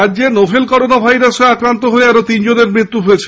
রাজ্যে novel coronavirus আক্রান্ত হয়ে আরো তিনজনের মৃত্যু হয়েছে